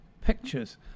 Pictures